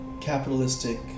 capitalistic